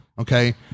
okay